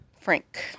Frank